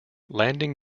landing